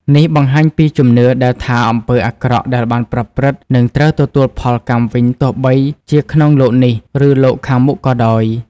នេះបង្ហាញពីជំនឿដែលថាអំពើអាក្រក់ដែលបានប្រព្រឹត្ត នឹងត្រូវទទួលផលកម្មវិញទោះបីជាក្នុងលោកនេះ ឬលោកខាងមុខក៏ដោយ។